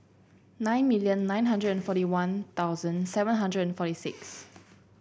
nine million nine hundred and forty One Thousand seven hundred and forty six